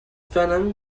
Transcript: venom